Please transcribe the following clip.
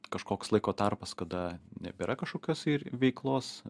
kažkoks laiko tarpas kada nebėra kažkokios tai veiklos